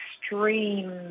extreme